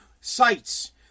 sites